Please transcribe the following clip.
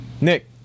Nick